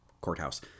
courthouse